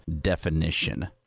definition